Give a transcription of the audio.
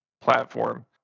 platform